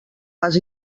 pas